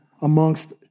amongst